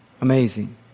Amazing